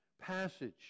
passage